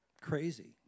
crazy